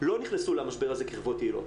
לא נכנסו למשבר הזה כחברות יעילות,